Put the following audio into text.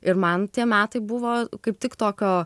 ir man tie metai buvo kaip tik tokio